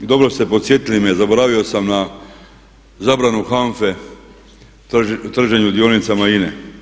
Dobro ste podsjetili me, zaboravio sam na zabranu HANFA-e o trženju dionicama INE.